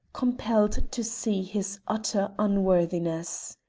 compelled to see his utter unworthiness.